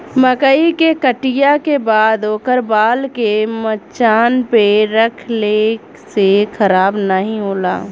मकई के कटिया के बाद ओकर बाल के मचान पे रखले से खराब नाहीं होला